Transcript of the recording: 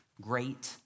great